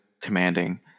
commanding